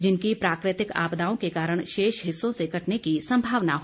जिनकी प्राकृतिक आपदाओं के कारण शेष हिस्सों से कटने की सम्भावना हो